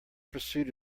pursuit